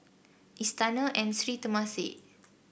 Istana and Sri Temasek